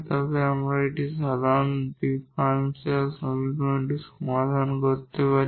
তবে আমরা এই সাধারণ ডিফারেনশিয়াল সমীকরণটি সমাধান করতে পারি